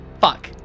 Fuck